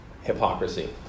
hypocrisy